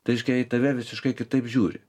tai reiškia į tave visiškai kitaip žiūri